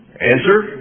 Answer